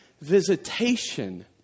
visitation